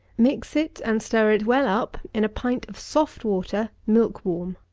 mix it and stir it well up in a pint of soft water milk-warm.